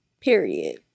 period